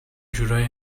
جورایی